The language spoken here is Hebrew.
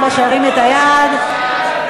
אנחנו עוברים לעמוד 174,